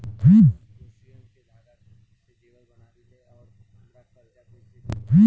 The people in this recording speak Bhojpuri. हम क्रोशिया के धागा से जेवर बनावेनी और हमरा कर्जा कइसे मिली?